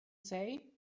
say